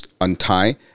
untie